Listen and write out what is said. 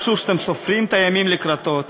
משהו שאתם סופרים את הימים לקראתו.